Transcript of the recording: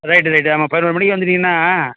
right right ஆமாம் பதினொரு மணிக்கு வந்துட்டீங்கன்னா